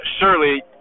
surely